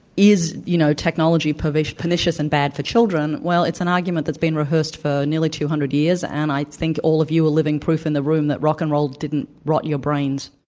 is, you know, technology pernicious pernicious and bad for children? well, it's an argument that's been rehearsed for nearly two hundred years. and i think all of you are ah living proof in the room that rock and roll didn't rot your brains.